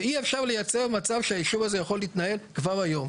ואי אפשר לייצר מצב שהיישוב הזה יכול להתנהל כבר היום.